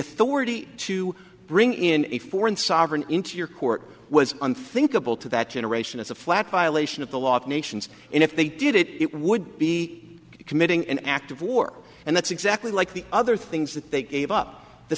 authority to bring in a foreign sovereign into your court was unthinkable to that generation as a flat violation of the law of nations and if they did it would be committing an act of war and that's exactly like the other things that they gave up the